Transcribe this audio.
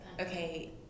okay